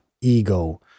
ego